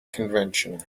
convention